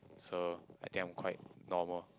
so I think I am quite normal